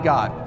God. —